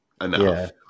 enough